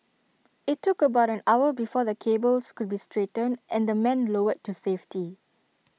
IT took about an hour before the cables could be straightened and the men lowered to safety